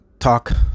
Talk